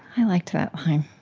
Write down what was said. i liked that line.